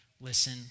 Listen